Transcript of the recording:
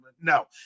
no